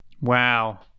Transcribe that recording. Wow